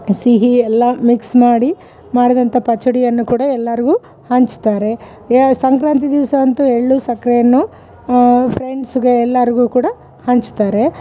ಸಿಹಿ ಎಲ್ಲ ಮಿಕ್ಸ್ ಮಾಡಿ ಮಾಡ್ದಂಥ ಪಚಡಿಯನ್ನು ಕೂಡ ಎಲ್ಲಾರಿಗು ಹಂಚ್ತಾರೆ ಸಂಕ್ರಾಂತಿ ದಿವಸ ಅಂತು ಎಳ್ಳು ಸಕ್ಕರೆಯನ್ನು ಫ್ರೆಂಡ್ಸ್ಗೆ ಎಲ್ಲಾರಿಗು ಕೂಡ ಹಂಚ್ತಾರೆ